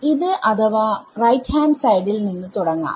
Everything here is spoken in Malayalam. കോപ്പി പേസ്റ്റ്അഥവാ RHS ൽ നിന്ന് തുടങ്ങാം